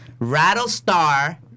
Rattlestar